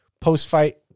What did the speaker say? post-fight